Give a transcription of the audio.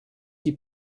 die